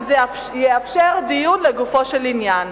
שזה יאפשר דיון לגופו של עניין,